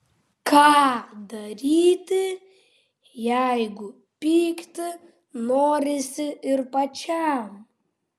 ką daryti jeigu pykti norisi ir pačiam